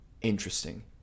interesting